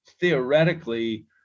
Theoretically